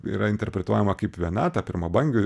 yra interpretuojama kaip viena ta pirmabangiųjų